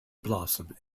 blossom